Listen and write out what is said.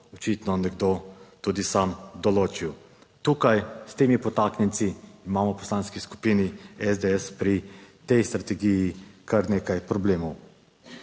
očitno nekdo tudi sam določil. Tukaj s temi potaknjenci imamo v Poslanski skupini SDS pri tej strategiji kar nekaj problemov.